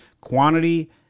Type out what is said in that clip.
quantity